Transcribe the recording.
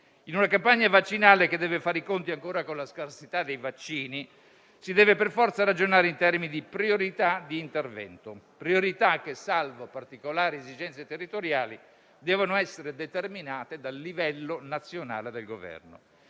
In una campagna vaccinale che deve fare i conti ancora con la scarsità dei vaccini, si deve per forza ragionare in termini di priorità di intervento; priorità che, salvo particolari esigenze territoriali, devono essere determinate dal livello nazionale del Governo,